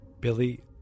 Billy